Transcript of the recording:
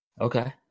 Okay